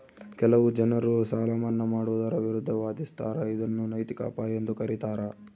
ಕೆಲವು ಜನರು ಸಾಲ ಮನ್ನಾ ಮಾಡುವುದರ ವಿರುದ್ಧ ವಾದಿಸ್ತರ ಇದನ್ನು ನೈತಿಕ ಅಪಾಯ ಎಂದು ಕರೀತಾರ